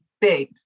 big